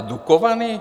Dukovany?